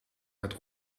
het